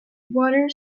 water